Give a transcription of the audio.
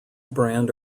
brand